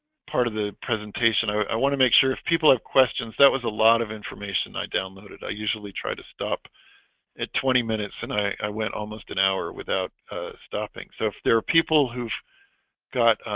part of the presentation. i i want to make sure if people have questions that was a lot of information i downloaded i usually try to stop at twenty minutes, and i went almost an hour without stopping so if there are people who've got